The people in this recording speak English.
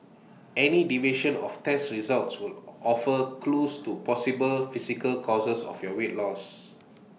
any deviation of test results will offer clues to possible physical causes of your weight loss